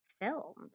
filmed